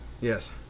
Yes